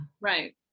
Right